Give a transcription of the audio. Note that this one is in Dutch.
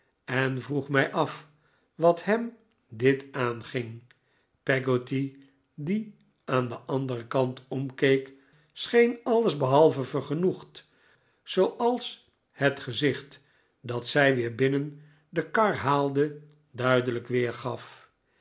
en vroeg mij af wat hem dit aanging peggotty die aan den anderen kant omkeek scheen alles behalve vergenoegd zooals het gezicht dat zij weer binnen de kar haalde duidelijk weergaf